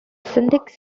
syntax